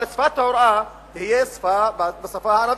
אבל ההוראה תהיה בשפה הערבית,